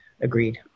agreed